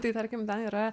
tai tarkim ten yra